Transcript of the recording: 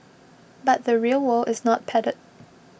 but the real world is not padded